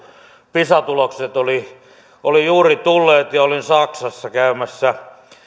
pisa tulokset olivat juuri tulleet ja olin saksassa käymässä